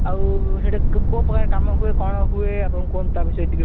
ଆଉ ସେଠି କୋଉ ପ୍ରକାର କାମ ହୁଏ କଣ ହୁଏ ଆପଣ କୁହନ୍ତୁ ତା ବିଷୟରେ ଟିକେ